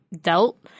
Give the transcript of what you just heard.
dealt